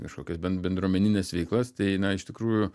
kažkokias ben bendruomenines veiklas tai na iš tikrųjų